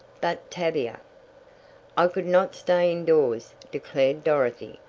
but tavia i could not stay indoors, declared dorothy.